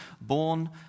born